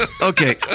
Okay